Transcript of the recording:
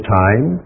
time